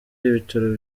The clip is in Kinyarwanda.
ibitaro